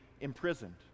imprisoned